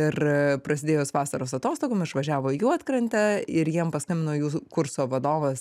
ir prasidėjus vasaros atostogom išvažiavo į juodkrantę ir jiem paskambino jų kurso vadovas